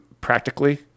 practically